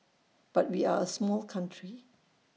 but we are A small country